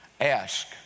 ask